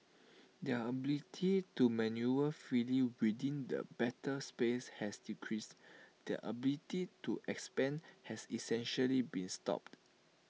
their ability to manoeuvre freely within the battle space has decreased their ability to expand has essentially been stopped